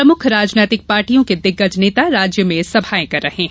प्रमुख राजनैतिक पार्टियों के दिग्गज नेता राज्य में सभाएं कर रहे हैं